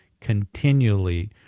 continually